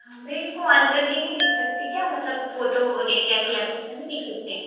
हाँ भैया इसको ऑन करके नहीं देख सकते क्या मतलब फ़ोटो वगैरह कैसी आती है ऐसे नहीं देख सकते